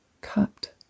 cupped